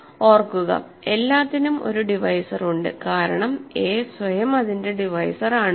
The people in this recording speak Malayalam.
ഓർക്കുക എല്ലാത്തിനും ഒരു ഡിവൈസർ ഉണ്ട് കാരണം a സ്വയം അതിന്റെ ഡിവൈസർ ആണ്